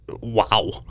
wow